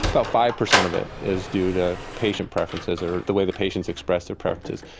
about five per cent of it is due to patient preferences or the way the patients express their preferences.